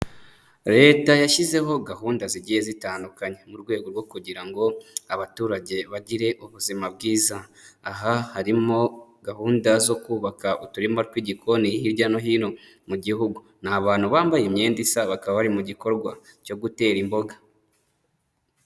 Leta yashyizeho gahunda zigiye zitandukanye, mu rwego rwo kugira ngo abaturage bagire ubuzima bwiza, aha harimo gahunda zo kubaka uturima tw'igikoni hirya no hino mu gihugu, ni abantu bambaye imyenda isa bakaba bari mu gikorwa cyo gutera imboga.